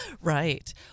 Right